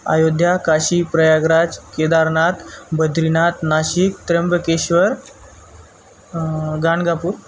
Ayodhya Kashi Prayagraj Kedarnath Badrinath Nashik Trimbakeshwar Ganagapur